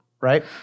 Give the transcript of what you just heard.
Right